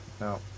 No